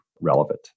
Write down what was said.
relevant